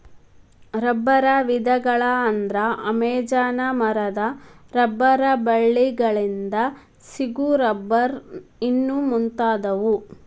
ರಬ್ಬರ ವಿಧಗಳ ಅಂದ್ರ ಅಮೇಜಾನ ಮರದ ರಬ್ಬರ ಬಳ್ಳಿ ಗಳಿಂದ ಸಿಗು ರಬ್ಬರ್ ಇನ್ನು ಮುಂತಾದವು